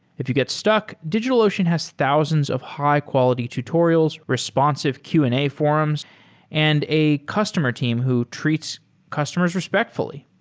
if you get stuck, digitalocean has thousands of high-quality tutorials, responsive q and a forums and a customer team who treats customers respectfully.